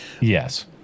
Yes